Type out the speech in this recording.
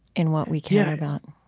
in what we care about?